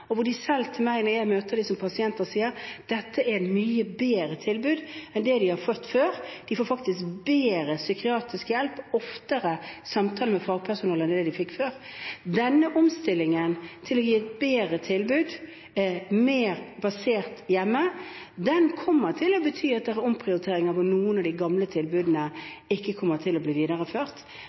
De sier selv til meg når jeg møter dem som pasienter, at dette er et mye bedre tilbud enn det de har fått før. De får bedre psykiatrisk hjelp, oftere samtale med fagpersonale, enn det de fikk før. Omstillingen til å gi et bedre, mer hjemmebasert tilbud vil bety omprioriteringer, hvor noen av de gamle tilbudene ikke kommer til å bli videreført.